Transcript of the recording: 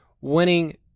winning